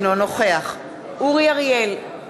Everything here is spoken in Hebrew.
אינו נוכח אורי אריאל,